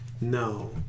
No